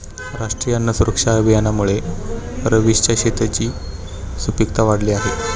राष्ट्रीय अन्न सुरक्षा अभियानामुळे रवीशच्या शेताची सुपीकता वाढली आहे